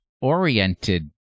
oriented